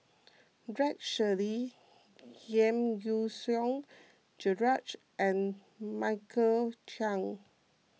Rex Shelley Giam Yean Song Gerald and Michael Chiang